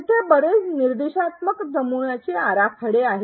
तेथे बरेच निर्देशात्मक नमुन्याचे आराखडे आहेत